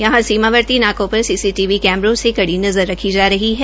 यहां सीमावर्ती नाकों पर सीसी टीवी कैमरों से कड़ी नजर रखी जा रही है